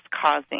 causing